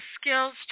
skills